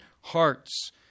hearts